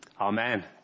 Amen